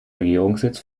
regierungssitz